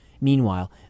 Meanwhile